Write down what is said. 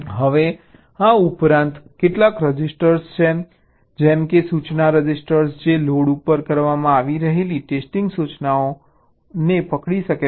હવે આ ઉપરાંત કેટલાક રજિસ્ટર છે જેમ કે સૂચના રજિસ્ટર જે લોડ કરવામાં આવી રહેલી ટેસ્ટિંગ સૂચનાને પકડી શકે છે